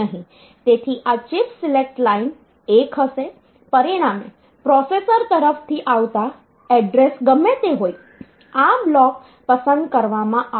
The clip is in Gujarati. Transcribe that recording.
તેથી આ ચિપ સિલેક્ટ લાઇન 1 હશે પરિણામે પ્રોસેસર તરફથી આવતા એડ્રેસ ગમે તે હોય આ બ્લોક્સ પસંદ કરવામાં આવશે